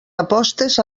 apostes